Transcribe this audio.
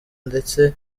ndetse